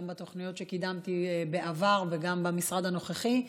גם בתוכניות שקידמתי בעבר וגם במשרד הנוכחי.